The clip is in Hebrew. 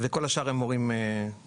וכל השאר הם מורים באולפנים.